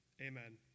Amen